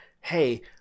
hey